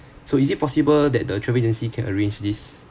so is it possible that the travel agency can arrange this